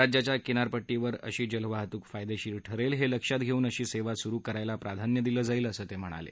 राज्याच्या किनारपट्टीवर अशी जलवाहतुक फायदेशीर ठरेल हे लक्षात घेऊन अशी सेवा सुरू करण्यास प्राधान्य देण्यात येईल असं ते म्हणाले